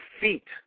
feet